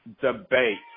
debate